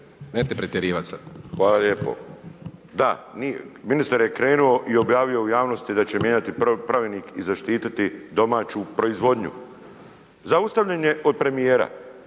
Hvala lijepo. Da, ministar je krenuo i objavio u javnosti da će mijenjati pravilnik i zaštiti domaću proizvodnju. Zaustavljen je od premijera.